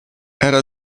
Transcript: era